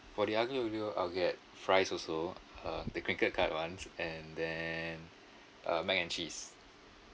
for the aglio-olio I will get fries also uh the crinkled cut ones and then uh mac and cheese